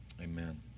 Amen